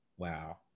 Wow